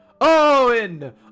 Owen